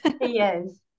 Yes